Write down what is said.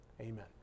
Amen